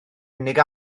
unig